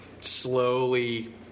slowly